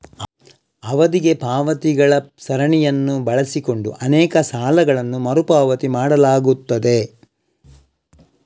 ಅವಧಿಗೆ ಪಾವತಿಗಳ ಸರಣಿಯನ್ನು ಬಳಸಿಕೊಂಡು ಅನೇಕ ಸಾಲಗಳನ್ನು ಮರು ಪಾವತಿ ಮಾಡಲಾಗುತ್ತದೆ